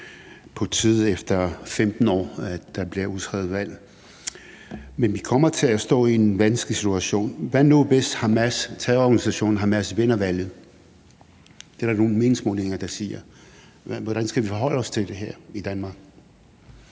på tide efter 15 år, at der bliver udskrevet valg. Men vi kommer til at stå i en vanskelig situation. Hvad nu, hvis Hamas – terrororganisationen Hamas – vinder valget? Det er der nogle meningsmålinger der siger. Hvordan skal vi forholde os til det her i Danmark?